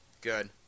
Good